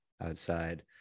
outside